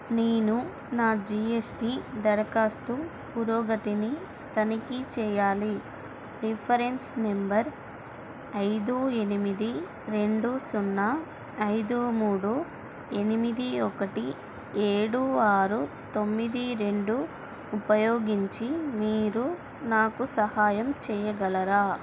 నేను నా G S T దరఖాస్తు పురోగతిని తనిఖీ చేయాలి రిఫ్రెన్స్ నెంబర్ ఐదు ఎనిమిది రెండు సున్నా ఐదు మూడు ఎనిమిది ఒకటి ఏడు ఆరు తొమ్మిది రెండు ఉపయోగించి మీరు నాకు సహాయం చెయ్యగలరా